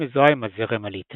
היא מזוהה עם הזרם הליטאי.